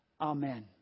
Amen